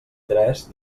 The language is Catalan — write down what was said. tres